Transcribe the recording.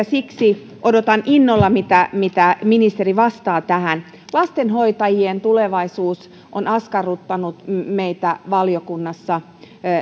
siksi odotan innolla mitä mitä ministeri vastaa tähän lastenhoitajien tulevaisuus on askarruttanut meitä valiokunnassa